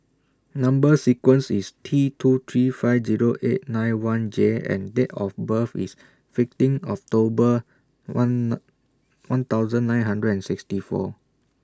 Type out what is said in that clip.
Number sequence IS T two three five Zero eight nine one J and Date of birth IS fifteen October one one thousand nine hundred and sixty four